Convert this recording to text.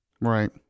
right